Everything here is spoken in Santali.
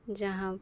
ᱡᱟᱦᱟᱸ